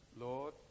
Lord